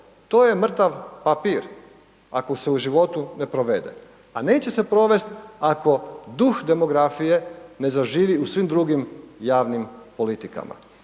To je mrtav papir ako se u životu ne provede a neće se provest ako duh demografije ne zaživi u svim drugim javnim politikama